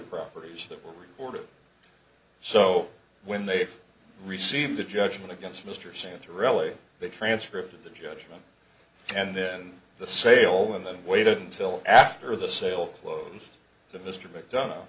properties that were recorded so when they received a judgment against mr santa really the transcript of the judgment and then the sale and then waited until after the sale closed to mr mcdon